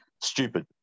stupid